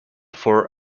for